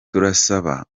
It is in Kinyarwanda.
turasaba